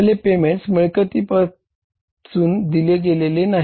आपले पेमेंट्स मिळकतीतून दिले गेले आहे